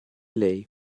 lei